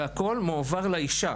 והכל מועבר לאישה.